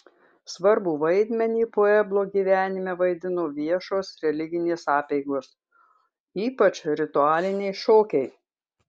svarbų vaidmenį pueblo gyvenime vaidino viešos religinės apeigos ypač ritualiniai šokiai